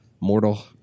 mortal